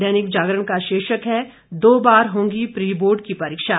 दैनिक जागरण का शीर्षक है दो बार होगी प्री बोर्ड की परीक्षा